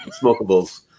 smokables